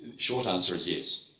short answer is is